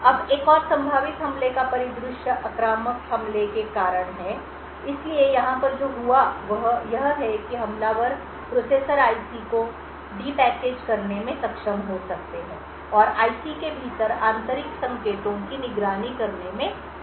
अब एक और संभावित हमले का परिदृश्य आक्रामक हमले के कारण है इसलिए यहां पर जो हुआ वह यह है कि हमलावर प्रोसेसर आईसी को डी पैकेज करने में सक्षम हो सकते हैं और आईसी के भीतर आंतरिक संकेतों की निगरानी करने में सक्षम होंगे